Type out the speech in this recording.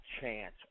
chance